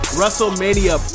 Wrestlemania